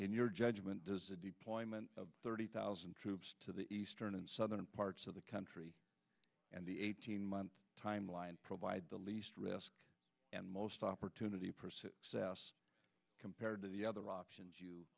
in your judgment the deployment of thirty thousand troops to the eastern and southern parts of the country and the eighteen month timeline provide the least risk and most opportunity compared to the other options you